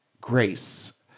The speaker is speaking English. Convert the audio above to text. grace